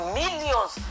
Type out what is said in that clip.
millions